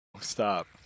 stop